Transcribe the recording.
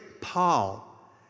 Paul